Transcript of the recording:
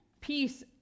peace